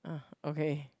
okay